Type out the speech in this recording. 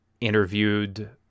interviewed